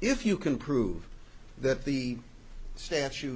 if you can prove that the statute